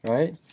Right